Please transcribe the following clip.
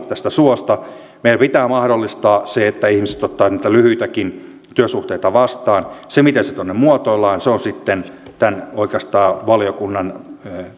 tästä suosta nouse meidän pitää mahdollistaa se että ihmiset ottavat niitä lyhyitäkin työsuhteita vastaan se miten se tuonne muotoillaan on sitten oikeastaan tämän valiokunnan